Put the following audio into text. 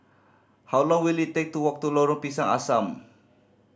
how long will it take to walk to Lorong Pisang Asam